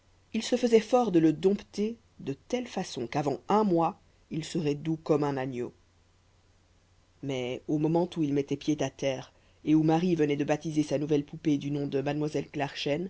il se faisait fort de le dompter de telle façon qu'avant un mois il serait doux comme un agneau mais au moment où il mettait pied à terre et où marie venait de baptiser sa nouvelle poupée du nom de mademoiselle